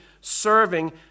serving